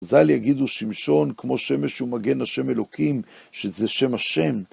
חז"ל יגידו שמשון, כמו שמש הוא מגן ה' אלוקים, שזה שם ה'.